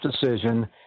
decision